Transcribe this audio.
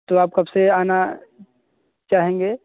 तो आप कब से आना चाहेंगे